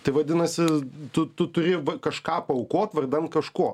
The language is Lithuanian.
tai vadinasi tu tu turi kažką paaukot vardan kažko